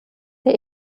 der